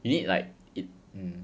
you need like it mm